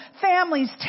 families